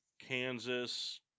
Kansas